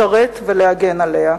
לשרתה ולהגן עליה.